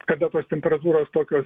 kada tos temperatūros tokios